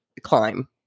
climb